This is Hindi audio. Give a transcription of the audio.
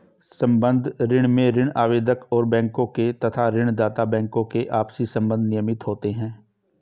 संबद्ध ऋण में ऋण आवेदक और बैंकों के तथा ऋण दाता बैंकों के आपसी संबंध नियमित होते हैं